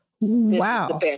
Wow